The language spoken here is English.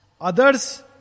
Others